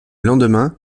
lendemain